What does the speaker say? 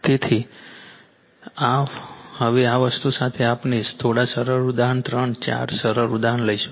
તેથી હવે આ વસ્તુ સાથે આપણે થોડા સરળ ઉદાહરણ ત્રણ ચાર સરળ ઉદાહરણ લઈશું